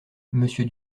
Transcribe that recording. monsieur